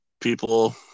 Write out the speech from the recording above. people